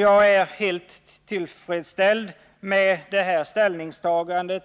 Jag är helt tillfredsställd med detta ställningstagande